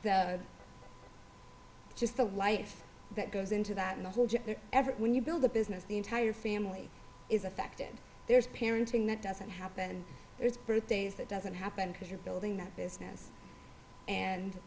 the life that goes into that and the whole effort when you build a business the entire family is affected there's parenting that doesn't happen there's birthdays that doesn't happen because you're building that business and